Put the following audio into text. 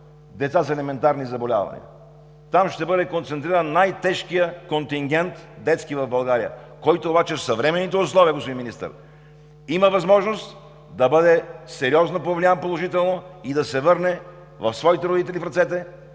деца с елементарни заболявания. Там ще бъде концентриран най-тежкият детски контингент в България, който обаче в съвременните условия, господин Министър, има възможност да бъде сериозно повлиян положително и да се върне в ръцете на своите родители,